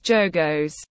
Jogos